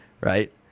right